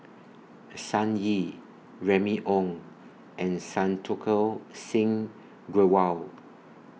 Sun Yee Remy Ong and Santokh Singh Grewal